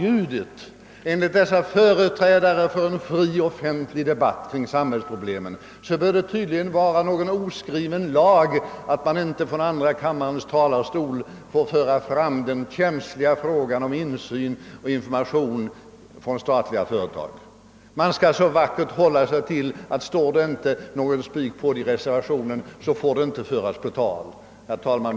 Då bör det, enligt dessa företrädare för en fri, offentlig debatt kring samhällsproblemen, vara förbjudet — det skulle tydligen vara något av en oskriven lag — att från andra kammarens talarstol föra fram t.ex. den känsliga frågan om insyn i och information från statliga företag. Man skall så vackert hålla sig till det som anförts i reservationen. Det som inte upptagits i reservationen skulle inte få föras på tal. Herr talman!